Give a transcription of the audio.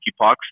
monkeypox